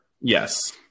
Yes